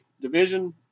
division